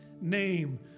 name